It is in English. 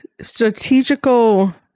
strategical